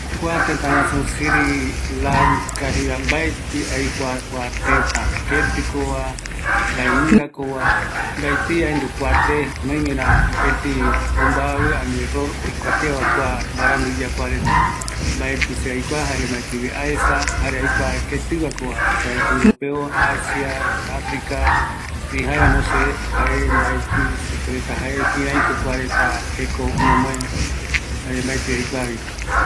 Kua tëtä gusuu Sirilanka jei supeva mbaetɨ aikua kua tëtä ketikova, mbaeaendugskova, mbatii akua kua te, ani oimera mopeti ombavi ani error oikuatia kua mbarandu iyapoa reta, mbaeti se aikua, jare mbaetivi aesa, jare aikua ketiguakova sea europeo, asia, africa erei jaeramo se jae, mbaeti supereta jae kiraiko kuarets jeko omomae jare mbaeti aikuavi